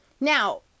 Now